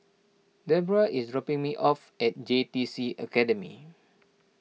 Deborah is dropping me off at J T C Academy